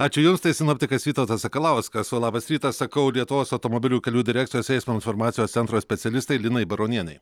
ačiū jums tai sinoptikas vytautas sakalauskas o labas rytas sakau lietuvos automobilių kelių direkcijos eismo informacijos centro specialistei linai baronienei